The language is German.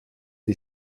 die